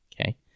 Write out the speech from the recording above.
okay